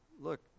Look